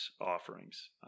offerings